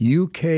UK